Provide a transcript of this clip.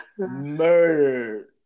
Murdered